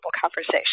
conversation